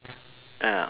ya